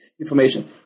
information